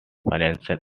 financial